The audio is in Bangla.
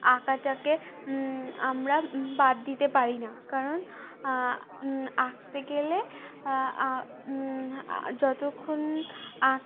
আঁকাটাকে আমরা বাদ দিতে পারি না কারণ আঁকতে গেলে যতক্ষণ আঁক